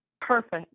Perfect